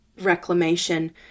reclamation